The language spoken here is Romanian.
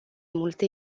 multe